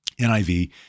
NIV